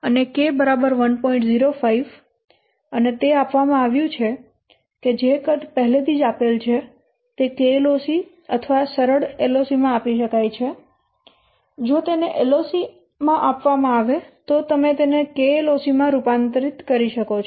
05 અને તે આપવામાં આવ્યું છે કે જે કદ પહેલેથી જ આપેલ છે તે KLOC અથવા સરળ LOC માં આપી શકાય છે જો તેને LOC આપવામાં આવે તો તમે KLOC માં રૂપાંતરિત કરો